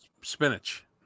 spinach